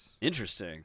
Interesting